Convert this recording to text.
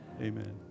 Amen